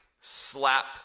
slap